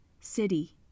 City